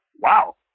wow